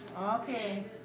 Okay